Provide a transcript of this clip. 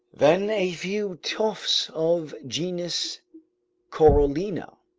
then a few tufts of genus corallina,